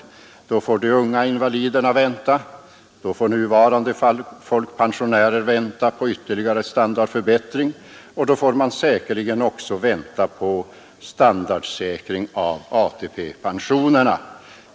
Då får de unga invaliderna vänta, då får de som nu är folkpensionärer vänta på ytterligare standardförbättring och då får man säkerligen också vänta på standardsäkring av ATP-pensionerna.